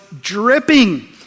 dripping